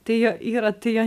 tai jo yra tai jo